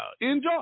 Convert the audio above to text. enjoy